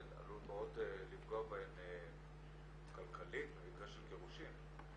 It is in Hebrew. עלול מאוד לפגוע בהן כלכלית במקרה של גירושין.